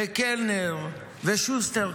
קלנר ושוסטר.